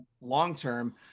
long-term